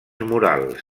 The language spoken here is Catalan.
morals